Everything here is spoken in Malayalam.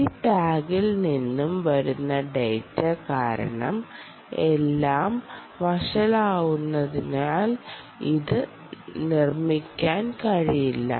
ഈ ടാഗിൽ നിന്നും വരുന്ന ഡാറ്റ കാരണം എല്ലാം വഷളായതിനാൽ ഇത് നിർമ്മിക്കാൻ കഴിയില്ല